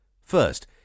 First